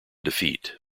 defeat